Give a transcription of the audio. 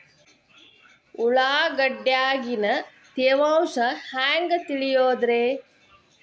ಉಳ್ಳಾಗಡ್ಯಾಗಿನ ತೇವಾಂಶ ಹ್ಯಾಂಗ್ ತಿಳಿಯೋದ್ರೇ?